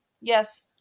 yes